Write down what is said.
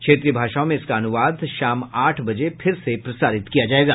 क्षेत्रीय भाषाओं में इसका अनुवाद शाम आठ बजे फिर से प्रसारित किया जायेगा